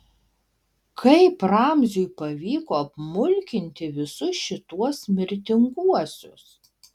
kaip ramziui pavyko apmulkinti visus šituos mirtinguosius